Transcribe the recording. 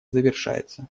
завершается